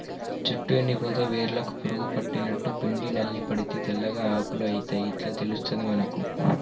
చెట్టు ఎండిపోతే వేర్లకు పురుగు పట్టినట్టు, పిండి నల్లి పడితే తెల్లగా ఆకులు అయితయ్ ఇట్లా తెలుస్తది మనకు